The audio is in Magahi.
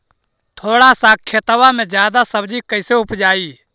थोड़ा सा खेतबा में जादा सब्ज़ी कैसे उपजाई?